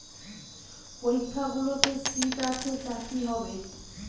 পরীক্ষাগুলোতে সিট আছে চাকরি হবে